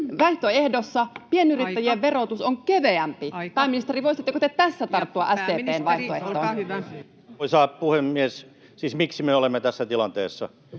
vaihtoehdossa pienyrittäjien verotus on keveämpi. Pääministeri, voisitteko te tässä tarttua SDP:n vaihtoehtoon? Pääministeri, olkaa hyvä. Arvoisa puhemies! Siis miksi me olemme tässä tilanteessa?